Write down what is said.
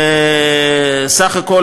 וסך הכול,